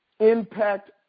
Impact